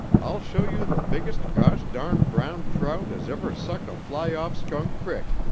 i'll show you the biggest gosh-darned brown trout as ever sucked a fly off skunk crick,